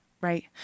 right